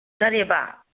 ꯀꯔꯤꯌꯦꯕꯥ